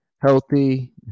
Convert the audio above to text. healthy